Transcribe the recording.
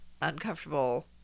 uncomfortable